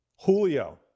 Julio